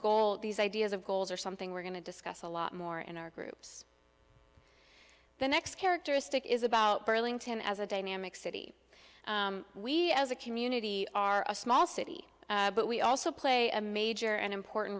goal these ideas of goals are something we're going to discuss a lot more in our groups the next characteristic is about burlington as a dynamic city we as a community are a small city but we also play a major and important